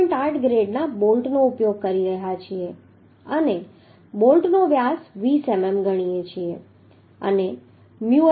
8 ગ્રેડના બોલ્ટનો ઉપયોગ કરી રહ્યા છીએ અને બોલ્ટનો વ્યાસ 20 મીમી ગણીએ છીએ અને μf 0